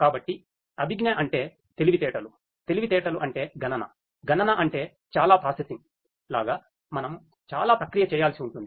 కాబట్టి అభిజ్ఞా అంటే తెలివితేటలు తెలివితేటలు అంటే గణన గణన అంటే చాలా ప్రాసెసింగ్ లాగా మనం చాలా ప్రక్రియ చేయాల్సి ఉంటుంది